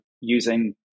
using